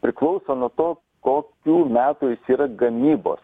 priklauso nuo to kokių metų jis yra gamybos